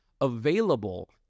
available